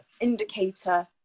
indicator